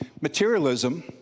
Materialism